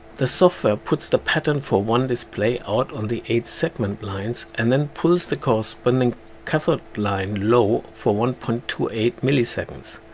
the software puts the pattern for one display out on the eight segment lines and then pulls the corresponding cathode line low for one point two eight milliseconds.